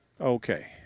Okay